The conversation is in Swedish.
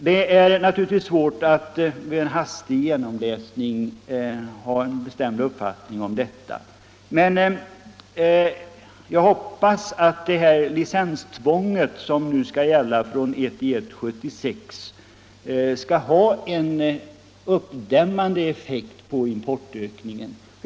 Det är naturligtvis svårt att vid en hastig genomläsning få en bestämd uppfattning om detta, men jag hoppas att det licenstvång som skall gälla från den 1 januari 1976 kommer att ha en uppdämmande effekt på importökningen.